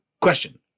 Question